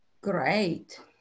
Great